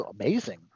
amazing